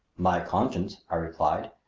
my conscience, i replied,